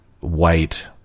white